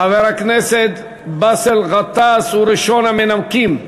חבר הכנסת באסל גטאס הוא ראשון המנמקים.